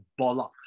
bollock